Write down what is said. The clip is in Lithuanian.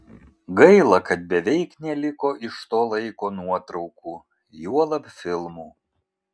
gaila kad beveik neliko iš to laiko nuotraukų juolab filmų